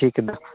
कतना